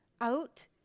out